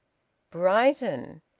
brighton!